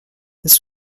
this